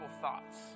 thoughts